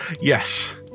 Yes